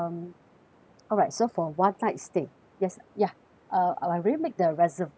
alright so for one night stay yes ya uh I already make the reservation